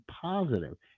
positive